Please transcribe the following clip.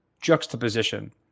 juxtaposition